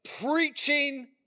preaching